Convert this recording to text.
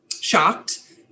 shocked